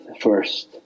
first